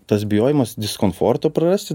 tas bijojimas diskomfortą prarasti